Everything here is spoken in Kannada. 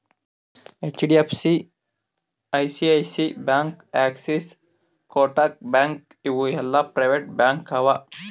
HDFC, ICICI bank, Axis, Kotak bank ಇವು ಎಲ್ಲಾ ಪ್ರೈವೇಟ್ ಬ್ಯಾಂಕ್ ಅವಾ